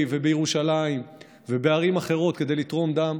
ובירושלים ובערים אחרות כדי לתרום דם,